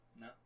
No